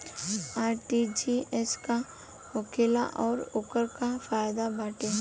RTGS का होखेला और ओकर का फाइदा बाटे?